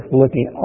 looking